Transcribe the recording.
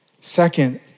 Second